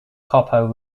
copper